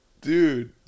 Dude